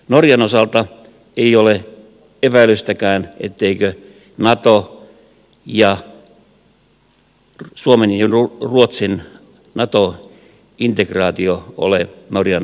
norjan osalta ei ole epäilystäkään etteikö suomen ja ruotsin nato integraatio ole norjan tavoitteena